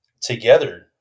together